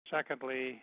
Secondly